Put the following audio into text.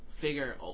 figure